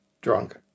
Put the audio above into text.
drunk